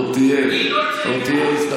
עוד תהיה הזדמנות.